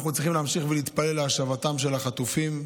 אנחנו צריכים להמשיך להתפלל להשבתם של החטופים,